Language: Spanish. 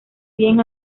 bien